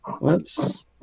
Whoops